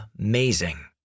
amazing